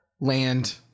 land